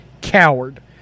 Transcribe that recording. coward